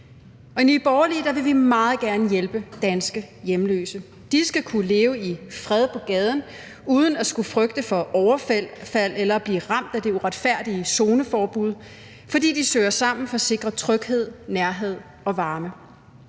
I Nye Borgerlige vil vi meget gerne hjælpe danske hjemløse. De skal kunne leve i fred på gaden uden at skulle frygte for overfald eller blive ramt af det uretfærdige zoneforbud, fordi de søger sammen for at sikre tryghed, nærhed og varme.